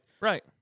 right